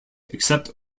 except